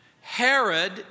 Herod